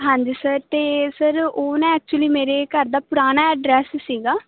ਹਾਂਜੀ ਸਰ ਅਤੇ ਸਰ ਉਹ ਨਾ ਐਕਚੁਲੀ ਮੇਰੇ ਘਰ ਦਾ ਪੁਰਾਣਾ ਐਡਰੈਸ ਸੀਗਾ